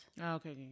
Okay